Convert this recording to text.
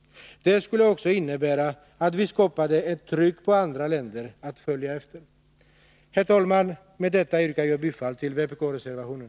Det skulle också innebära att vi skapade ett tryck på andra länder att följa efter. Herr talman! Med detta yrkar jag bifall till vpk-reservationen.